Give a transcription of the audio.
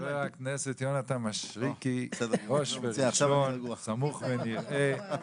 חבר הכנסת יונתן מישרקי, ראש וראשון, סמוך ונראה.